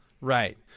right